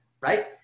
Right